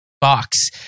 box